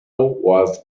was